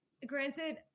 Granted